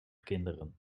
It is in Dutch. kinderen